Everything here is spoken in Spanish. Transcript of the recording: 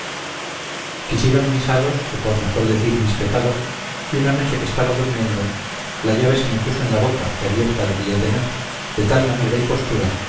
quisieron mis hados o por mejor decir mis pecados que una noche que estaba durmiendo la llave se me puso en la boca que abierta debía tener de tal manera y postura